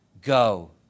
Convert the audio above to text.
go